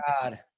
God